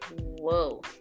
Whoa